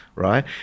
right